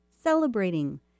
celebrating